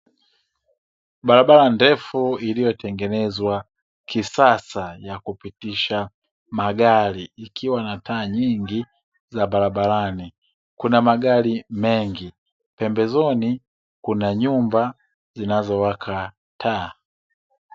Barabara ndefu iliyotengenezwa kisasa ya kupitisha magari ikiwa na taa nyingi za barabarani kuna magari mengi pembezoni kuna nyumba zinazowaka taa.